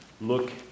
look